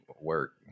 work